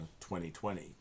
2020